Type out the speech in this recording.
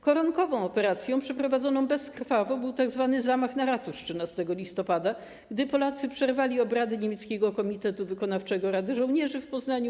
Koronkową operacją przeprowadzoną bezkrwawo był tzw. zamach na ratusz 13 listopada, gdy Polacy przerwali obrady niemieckiego Komitetu Wykonawczego Rady Żołnierzy w Poznaniu.